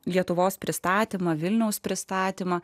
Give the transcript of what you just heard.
lietuvos pristatymą vilniaus pristatymą